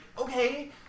okay